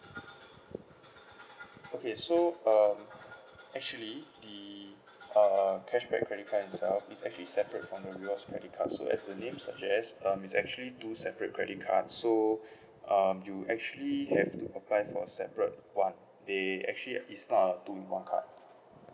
okay so um actually the uh cash back credit card itself is actually separate from the rewards credit card so as the name suggests um is actually two separate credit card so um you actually have to apply for separate one they actually is not a two in one card